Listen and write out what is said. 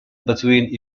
between